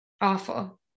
Awful